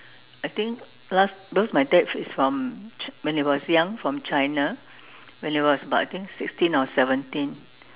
I think last because my dad is from ch~ when he was young was from China when he was about I think sixteen or seventeen